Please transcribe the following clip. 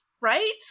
right